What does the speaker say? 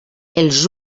els